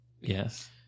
Yes